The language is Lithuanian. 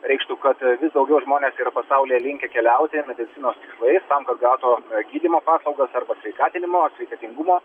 reikštų kad vis daugiau žmonės pasaulyje linkę keliauti medicinos tikslais tam kad gauti gydymo paslaugos arba sveikatinimo ar sveikatingumo